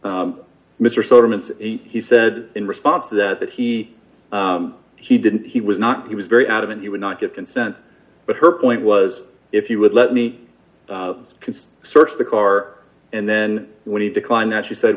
and he said in response to that that he he didn't he was not he was very adamant he would not give consent but her point was if you would let me can search the car and then when he declined that she said